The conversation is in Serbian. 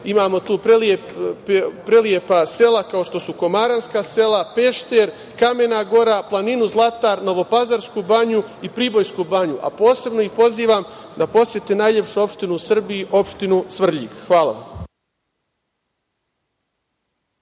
imamo tu prelepa sela kao što su Komaranska sela, Pešter, Kamena gora, Zlatar planina, Novopazarsku banju i Pribojsku banju. Posebno ih pozivam da posete najlepšu opštinu u Srbiji, opštinu Svrljig. Hvala.